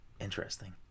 Interesting